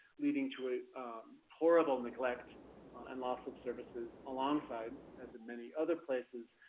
leading to horrible neglect and loss of services, alongside, as in many other places,